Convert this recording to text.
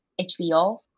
HBO